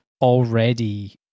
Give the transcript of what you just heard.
already